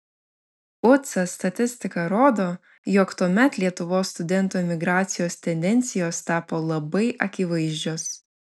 ucas statistika rodo jog tuomet lietuvos studentų emigracijos tendencijos tapo labai akivaizdžios